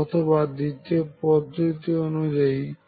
অথবা দ্বিতীয় পদ্ধতি অনুযায়ী আমি